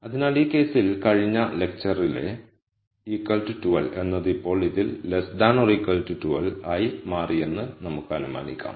അതിനാൽ ഈ കേസിൽ കഴിഞ്ഞ ലെക്ച്ചറിലെ 12 എന്നത് ഇപ്പോൾ ഇതിൽ 12 ആയി മാറിയെന്ന് നമുക്ക് അനുമാനിക്കാം